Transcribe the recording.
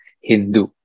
Hindu